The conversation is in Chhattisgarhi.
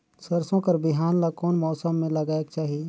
सरसो कर बिहान ला कोन मौसम मे लगायेक चाही?